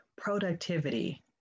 productivity